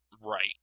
Right